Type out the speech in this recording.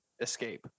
escape